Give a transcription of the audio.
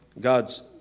God's